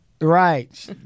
Right